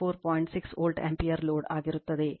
6 volt ampere load ಆಗಿರುತ್ತದೆ